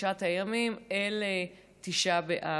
תשעת הימים, אל תשעה באב.